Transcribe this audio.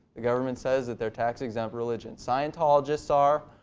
the government says that they're tax-exempt religions. scientologists are.